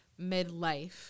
midlife